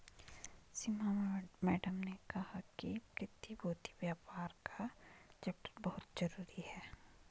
सीमा madam ने कहा कि प्रतिभूति व्यापार का चैप्टर बहुत जरूरी है